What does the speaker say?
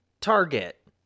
Target